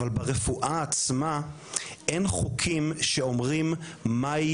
אבל ברפואה עצמה אין חוקים שאומרים מהי